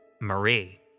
Marie